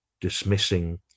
dismissing